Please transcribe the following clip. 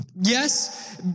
Yes